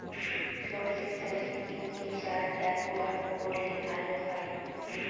সর্ষে চাসে কি কি সার ব্যবহার করলে ভালো হয়?